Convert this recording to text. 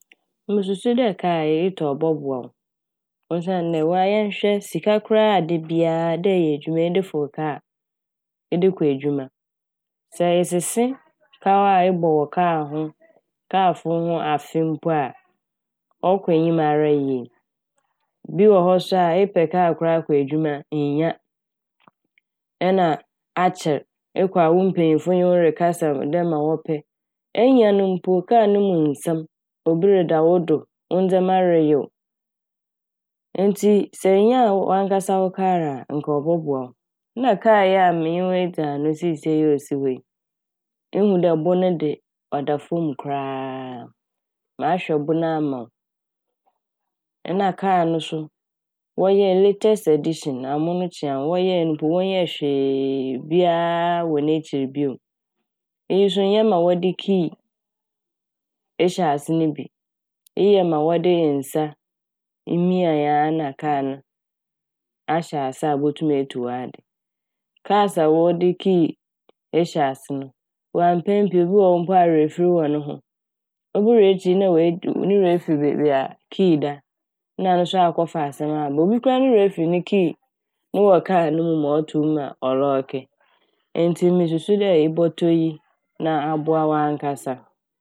Mususu dɛ kar yi etɔ a ɔbɔboa wo osiandɛ wara hɛn hwɛ sika koraa a dabia dɛ ɛyɛ edwuma yi ɛde fow kar ede kɔ edwuma. Sɛ esese kaw a ebɔ kar ho karfow ho afe mpo a ɔkɔ enyim ara yie. Bi wɔ hɔ so epɛ kar koraa akɔ edwuma a innya ɛnna akyɛr, ekɔ a wo mpanyimfo nye wo rekasa dɛ ma wɔpɛ. Enya no mpo kar no mu nsɛm obi reda wo do, wo ndzɛma renyew, ntsi sɛ inyaa wankasa wo kar a anka ɔbɔboa wo. Nna kar yi a menye wo ridzi ano siesiera osi hɔ yi, ihu dɛ bo ne de ɔda famu koraa a. Mahwɛ bo no ama wo na kar no so wɔyɛɛ no "latest edition" amon kyeaaw. Wɔyɛɛ no mpo wɔnnyɛɛ hweeee biaaa wɔ n'ekyir bio. Iyi so nnyɛ ma wɔde kii ehyɛ ase ne bi, iyi yɛ ade a wɔde nsa imia a na kar no ahyɛ ase a ibotum etu w'adze. "Cars" a wɔde kii ehyɛ ase no waa mpɛn pii no obi wɔ hɔ awerɛfir wɔ no ho obowie ekyir no na oedu- ne werɛ efir beebi a kii da na no so akɔfa asɛm aba. Obi mpo no werɛfir ne kii wɔ kar no mu ma ɔtom ma ɔlɔɔke ntsi musu dɛ ebɔtɔ iyi na ɔbɔboa wo.